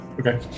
okay